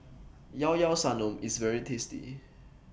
Llao Llao Sanum IS very tasty